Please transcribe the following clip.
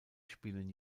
spielen